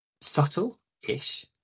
subtle-ish